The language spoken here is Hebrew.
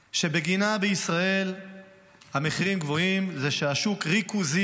שבגינה בישראל המחירים גבוהים זה שהשוק ריכוזי,